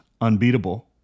unbeatable